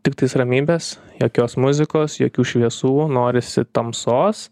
tiktais ramybės jokios muzikos jokių šviesų norisi tamsos